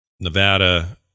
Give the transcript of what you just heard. Nevada